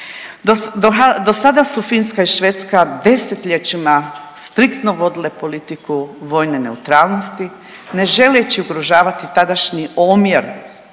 Do sada su Finska i Švedska desetljećima striktno vodile politiku vojne neutralnosti, ne želeći ugrožavati tadašnji omjer